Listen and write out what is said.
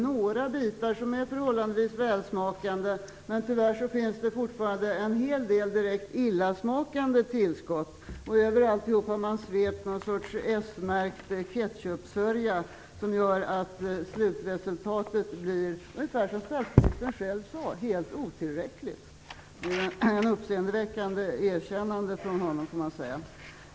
Några bitar är förhållandevis välsmakande, men tyvärr finns det fortfarande en hel del direkt illasmakande tillskott. Över alltihop har man svept något slags s-märkt ketchupsörja, som gör att slutresultatet blir - ungefär som statsministern själv sade - helt otillräckligt. Det var ett uppseendeväckande erkännande från honom, får man säga.